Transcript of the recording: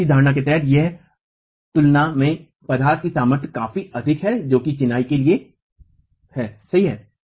झूठ की धारणा के तहत यह तुलना में पदार्थ की सामर्थ्य काफी अधिक है जो चिनाई के लिए सही है